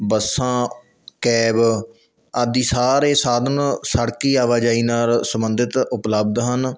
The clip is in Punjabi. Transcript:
ਬੱਸਾਂ ਕੈਬ ਆਦਿ ਸਾਰੇ ਸਾਧਨ ਸੜਕੀ ਆਵਾਜਾਈ ਨਾਲ ਸੰਬੰਧਿਤ ਉਪਲਬਧ ਹਨ